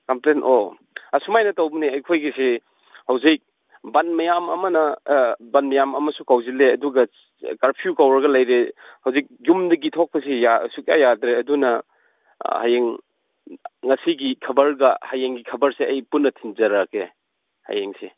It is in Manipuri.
ꯀꯝꯄ꯭ꯂꯦꯟ ꯑꯣ ꯑꯁꯨꯃꯥꯏꯅ ꯇꯧꯕꯅꯦ ꯑꯩꯈꯣꯏꯒꯤꯁꯤ ꯍꯧꯖꯤꯛ ꯕꯟ ꯃꯌꯥꯝ ꯑꯃꯅ ꯕꯟ ꯃꯌꯥꯝ ꯑꯃꯁꯨ ꯀꯪꯁꯤꯜꯂꯦ ꯑꯗꯨꯒ ꯀꯥꯔꯐꯤꯌꯨ ꯀꯧꯔꯒ ꯂꯩꯔꯦ ꯍꯧꯖꯤꯛ ꯌꯨꯝꯗꯒꯤ ꯊꯣꯛꯄꯁꯦ ꯁꯨꯛꯌꯥ ꯌꯥꯗ꯭ꯔꯦ ꯑꯗꯨꯅ ꯍꯌꯦꯡ ꯉꯁꯤꯒꯤ ꯈꯕꯔꯒ ꯍꯌꯦꯡꯒꯤ ꯈꯕꯔꯁꯦ ꯑꯩ ꯄꯨꯟꯅ ꯊꯤꯟꯖꯔꯒꯦ ꯍꯌꯦꯡꯁꯦ